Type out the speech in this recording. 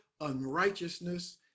unrighteousness